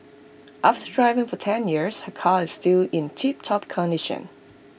after driving for ten years her car is still in tiptop condition